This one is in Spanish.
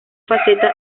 faceta